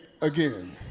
again